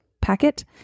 packet